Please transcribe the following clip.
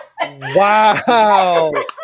Wow